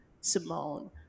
Simone